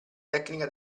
tecnica